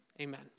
Amen